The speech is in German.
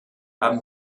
haben